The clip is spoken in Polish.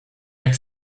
jak